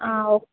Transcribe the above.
okay